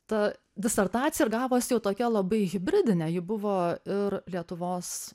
ta disertacija ir gavos jau tokia labai hibridinė ji buvo ir lietuvos